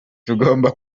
tugomba